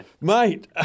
Mate